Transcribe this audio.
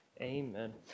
Amen